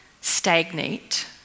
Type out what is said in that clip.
stagnate